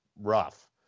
rough